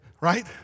right